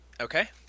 Okay